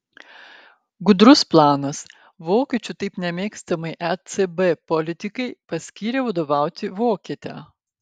gudrus planas vokiečių taip nemėgstamai ecb politikai paskyrė vadovauti vokietę